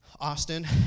Austin